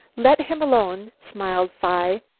let him alone, smiled phi.